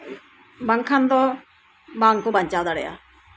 ᱵᱟᱝᱠᱷᱟᱱ ᱫᱚ ᱵᱟᱝᱠᱚ ᱵᱟᱧᱪᱟᱣ ᱫᱟᱲᱮᱭᱟᱜᱼᱟ